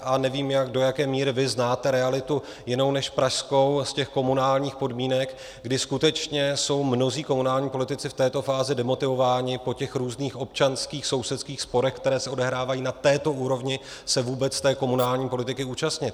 Ale nevím, do jaké míry vy znáte realitu jinou než pražskou z těch komunálních podmínek, kdy skutečně jsou mnozí komunální politici v této fázi demotivováni po těch různých občanských, sousedských sporech, které se odehrávají na této úrovni, se vůbec té komunální politiky účastnit.